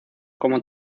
como